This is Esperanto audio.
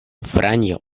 franjo